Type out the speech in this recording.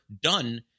done